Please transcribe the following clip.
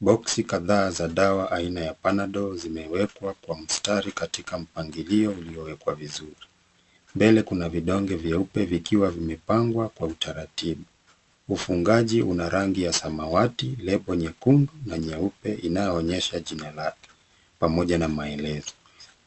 Box kadhaa za dawa aina ya panadol zimewekwa kwa mstari katika mpangilio uliowekwa vizuri. Mbele kuna vidonge vyeupe vikiwa vimepangwa kwa utaratibu. Ufungaji una rangi ya samawati lepo nyekundu na nyeupe inayoonyesha jina lake pamoja na maelezo.